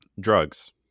drugs